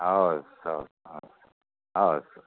हवस् हवस् हवस् हवस्